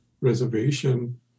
reservation